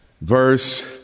verse